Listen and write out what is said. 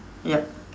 yup